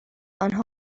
آنها